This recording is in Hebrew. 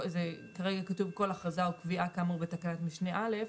כרגע כתוב: "כל הכרזה או קביעה כאמור בתקנת משנה א'".